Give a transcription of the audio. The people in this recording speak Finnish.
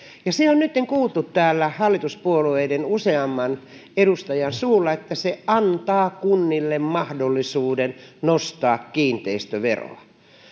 se on nytten kuultu täällä hallituspuolueiden useamman edustajan suulla että se antaa kunnille mahdollisuuden nostaa kiinteistöveroa